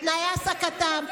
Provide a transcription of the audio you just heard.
בתנאי העסקתם,